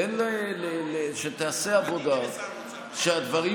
תן שתיעשה עבודה, פניתי